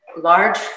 large